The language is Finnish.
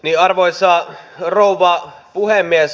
arvoisa rouva puhemies